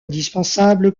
indispensable